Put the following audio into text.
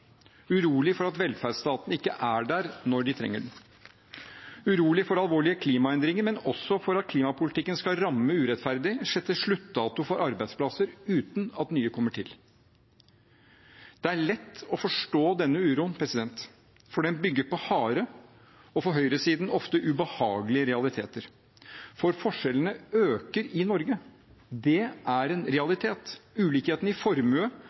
for at velferdsstaten ikke er der når de trenger den, urolige for alvorlige klimaendringer, men også for at klimapolitikken skal ramme urettferdig og sette sluttdato for arbeidsplasser uten at nye kommer til. Det er lett å forstå denne uroen, for den bygger på harde – og for høyresiden ofte ubehagelige – realiteter. For forskjellene øker i Norge. Det er en realitet. Ulikhetene i formue